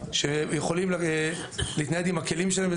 ספורטאים שיכולים להתנייד עם הכלים שלהם.